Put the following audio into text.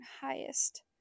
highest